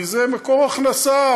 כי זה מקור הכנסה.